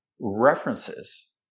references